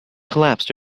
collapsed